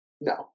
No